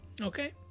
okay